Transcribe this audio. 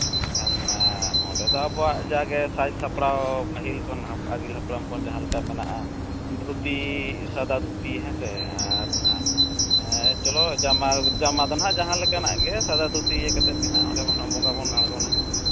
ᱮᱱᱠᱷᱟᱱ ᱚᱸᱰᱮ ᱫᱚ ᱟᱵᱚᱣᱟᱜ ᱡᱟᱜᱮ ᱥᱟᱡᱼᱥᱟᱯᱲᱟᱣ ᱯᱟᱹᱦᱤᱞ ᱠᱷᱚᱱ ᱟᱹᱜᱤᱞ ᱦᱟᱯᱲᱟᱢ ᱠᱷᱚᱱ ᱡᱟᱦᱟᱸ ᱞᱮᱠᱟ ᱢᱮᱱᱟᱜᱼᱟ ᱫᱷᱩᱛᱤ ᱥᱟᱫᱟ ᱫᱷᱩᱛᱤ ᱦᱮᱸ ᱥᱮ ᱟᱨ ᱱᱟᱦᱟᱜ ᱦᱮᱸ ᱪᱚᱞᱚ ᱡᱟᱢᱟ ᱫᱚ ᱱᱟᱦᱟᱜ ᱡᱟᱦᱟᱸ ᱞᱮᱠᱟᱱᱟᱜ ᱜᱮ ᱥᱟᱫᱟ ᱫᱷᱩᱛᱤ ᱤᱭᱟᱹ ᱠᱟᱛᱮᱫ ᱜᱮ ᱱᱟᱦᱟᱜ ᱚᱸᱰᱮ ᱵᱚᱱ ᱱᱟᱦᱟᱜ ᱵᱚᱸᱜᱟ ᱵᱚᱱ ᱟᱬᱜᱚᱱᱟ ᱦᱮᱸ ᱥᱮ